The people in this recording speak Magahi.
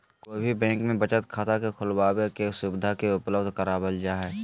कोई भी बैंक में बचत खाता के खुलबाबे के सुविधा के उपलब्ध करावल जा हई